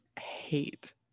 hate